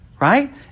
right